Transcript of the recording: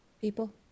people